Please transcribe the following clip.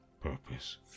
purpose